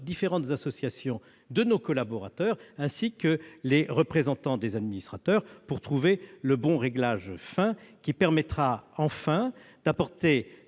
différentes associations de nos collaborateurs ainsi que les représentants des administrateurs pour trouver le bon réglage. Mes chers collègues, l'objectif